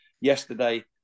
yesterday